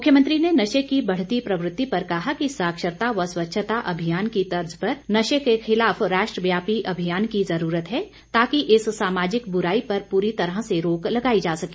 मुख्यमंत्री ने नशे की बढ़ती प्रवृत्ति पर कहा कि साक्षरता व स्वच्छता अभियान की तर्ज पर नशे के खिलाफ राष्ट्रव्यापी अभियान की जरूरत है ताकि इस सामाजिक बुराई पर पूरी तरह से रोक लगाई जा सके